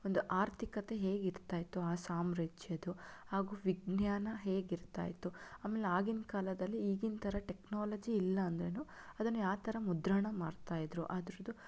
ಒಂದು ಆರ್ಥಿಕತೆ ಹೇಗಿರ್ತಾ ಇತ್ತು ಆ ಸಾಮ್ರಾಜ್ಯದ್ದು ಹಾಗೂ ವಿಜ್ಞಾನ ಹೇಗಿರ್ತಾ ಇತ್ತು ಆಮೇಲೆ ಆಗಿನ ಕಾಲದಲ್ಲಿ ಈಗಿನ ಥರ ಟೆಕ್ನೋಲಜಿ ಇಲ್ಲ ಅಂದರೂ ಅದನ್ನು ಯಾವ ಥರ ಮುದ್ರಣ ಮಾಡ್ತಾ ಇದ್ದರು ಅದರದು